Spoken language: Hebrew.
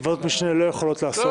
ועדות משנה לא יכולות לעסוק.